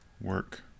work